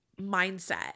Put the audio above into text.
mindset